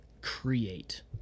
create